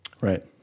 Right